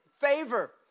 favor